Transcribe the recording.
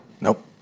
Nope